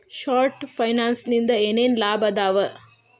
short ಫೈನಾನ್ಸಿನಿಂದ ಏನೇನ್ ಲಾಭದಾವಾ